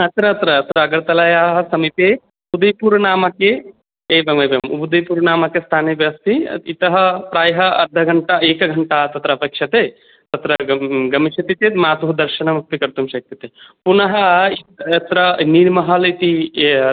अत्र अत्र अत्र अगरतलायाः समीपे उदयपुरनामके एवमेवम् उदयपुरनामके स्थानेऽपि अस्ति इतः प्रायः अर्धघण्टा एकघण्टा तत्र अपेक्ष्यते तत्र गम् गमिष्यति चेत् मातुः दर्शनमपि कर्तुं शक्यते पुनः अत्र निर्महल् इति